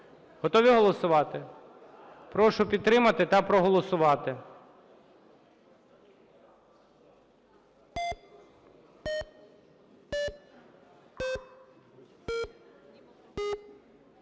Готові голосувати? Прошу підтримати та проголосувати.